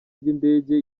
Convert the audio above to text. by’indege